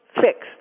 fixed